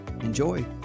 Enjoy